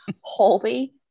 holy